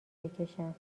بکشم